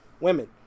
women